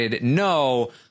no